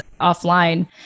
offline